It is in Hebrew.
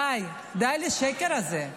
די, די לשקר הזה.